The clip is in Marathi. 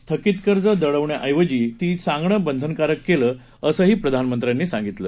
थकीत कर्ज दडवण्याऐवजी ती सांगणं बंधनकारक केलं असं प्रधानमंत्र्यांनी सांगितलं